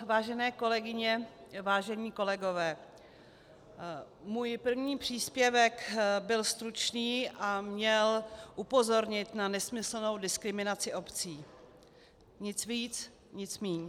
Vážené kolegyně, vážení kolegové, můj první příspěvek byl stručný a měl upozornit na nesmyslnou diskriminaci obcí, nic víc, nic míň.